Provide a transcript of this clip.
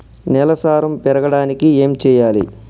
నేల సారం పెరగడానికి ఏం చేయాలి?